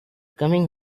coming